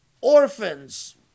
Orphans